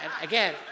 Again